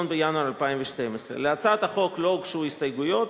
1 בינואר 2012. להצעת החוק לא הוגשו הסתייגויות.